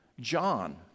John